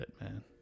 Man